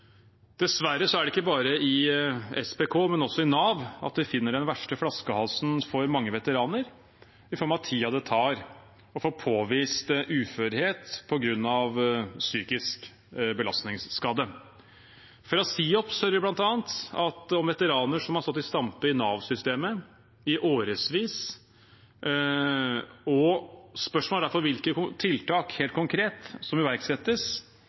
Dessverre er det ikke bare i SPK, men også i Nav, vi finner den verste flaskehalsen for mange veteraner, i form av tiden det tar å få påvist uførhet på grunn av psykisk belastningsskade. Fra SIOPS hører vi bl.a. om veteraner som har stått i stampe i Nav-systemet i årevis. Spørsmålet er derfor hvilke tiltak, helt konkret, som iverksettes,